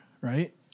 right